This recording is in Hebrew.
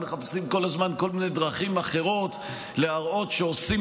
מחפשים כל הזמן כל מיני דרכים אחרות להראות שעושים